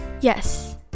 Yes